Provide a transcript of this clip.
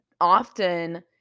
often